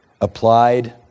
applied